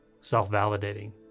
self-validating